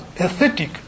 aesthetic